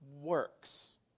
works